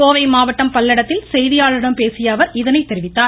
கோவை மாவட்டம் பல்லடத்தில் செய்தியாளர்களிடம் பேசியஅவர் இதனை தெரிவித்தார்